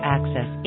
Access